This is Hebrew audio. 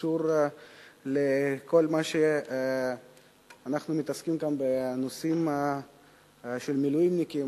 שקשור לכל מה שאנחנו מתעסקים בו גם בנושאים של מילואימניקים.